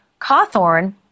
Cawthorn